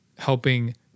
helping